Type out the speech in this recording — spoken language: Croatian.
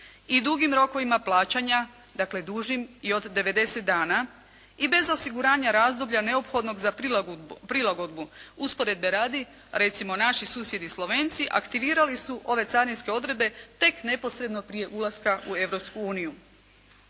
i dugim rokovima plaćanja dakle dužim i od 90 dana i bez osiguranja razdoblja neophodnog za prilagodbu. Usporedbe radi, recimo naši susjedi Slovenci aktivirali su ove carinske odredbe tek neposredno prije ulaska u